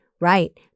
right